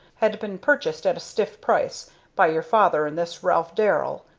had been purchased at a stiff price by your father and this ralph darrell,